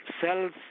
cells